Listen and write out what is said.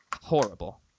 horrible